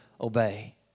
obey